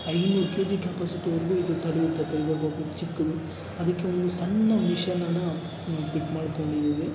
ಐನೂರು ಕೆಜಿ ಕೆಪಾಸಿಟಿವರೆಗೂ ಇದು ತಡೆಯುತ್ತೆ ಪೈಬರ್ ಬೋಟು ಚಿಕ್ಕದು ಅದಕ್ಕೆ ಒಂದು ಸಣ್ಣ ಮಿಷನನ್ನು ನಾನು ಪಿಟ್ ಮಾಡ್ಕೊಂಡಿದೀನಿ